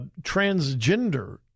transgender